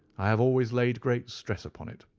i have always laid great stress upon it,